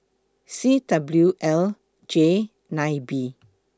C W L J nine B